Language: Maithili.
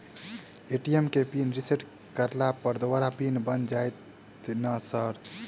ए.टी.एम केँ पिन रिसेट करला पर दोबारा पिन बन जाइत नै सर?